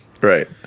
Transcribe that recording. Right